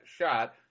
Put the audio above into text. shot